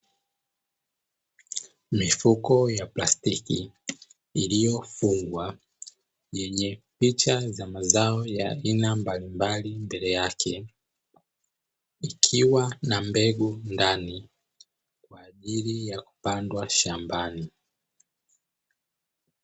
Mifuko ya plastiki iliyofungwa yenye picha za mazao ya aina mbalimbali, mbele yake ikiwa na mbegu ndani kwaajili ya kupandwa shambani.